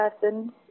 person